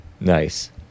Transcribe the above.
Nice